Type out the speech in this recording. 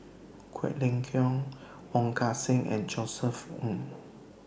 Quek Ling Kiong Wong Kan Seng and Josef Ng